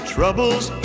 Troubles